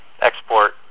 export